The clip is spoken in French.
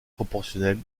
proportionnel